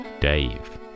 dave